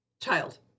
child